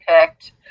picked